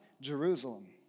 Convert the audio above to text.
Jerusalem